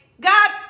god